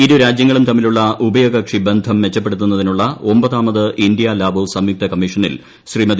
ഇരു രാജ്യങ്ങളും തമ്മിലുള്ള ഉഭയകക്ഷി ബന്ധം മെച്ചെപ്പെടുത്ത്യൂന്ന്തിനുള്ള ഒമ്പാതാമത് ഇന്ത്യ ലാവോസ് സംയുക്ത കമ്മീഷനിൽ ശ്രീമതി